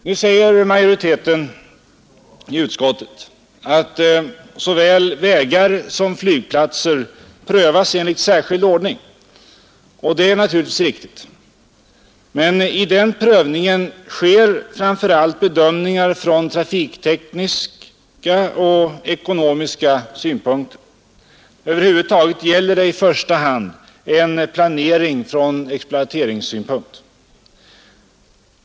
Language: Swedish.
Nu säger majoriteten i utskottet att såväl vägar som flygplatser prövas enligt särskild ordning. Det är naturligtvis riktigt. Men i den prövningen sker framför allt bedömningar från trafiktekniska och ekonomiska synpunkter. Över huvud taget gäller det i första hand en planering från exploateringssynpunkt.